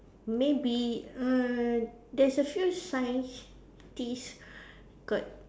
maybe err there's a few scientists got